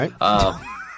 right